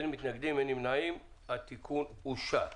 הצבעה אושר.